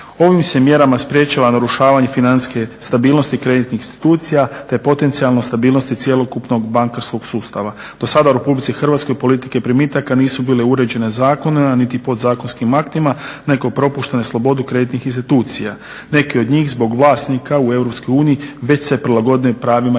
Ovim se mjerama sprečava narušavanje financijske stabilnosti kreditnih institucija te potencijalno stabilnosti cjelokupnog bankarskog sustava. Do sada u RH politike primitaka nisu bile uređene zakonima niti podzakonskim aktima nego propuštene slobodu kreditnih institucija. Neki od njih zbog vlasnika u EU već se prilagodile pravima iz